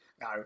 No